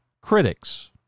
critics